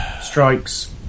Strikes